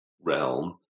realm